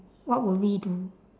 what will we do